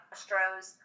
Astros